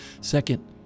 Second